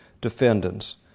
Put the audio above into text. defendants